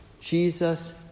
Jesus